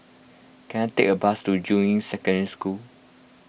can I take a bus to Juying Secondary School